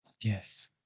Yes